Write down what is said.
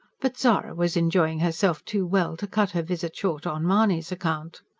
but zara was enjoying herself too well to cut her visit short on mahony's account.